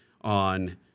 on